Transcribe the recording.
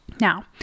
Now